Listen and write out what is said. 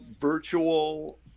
virtual